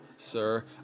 sir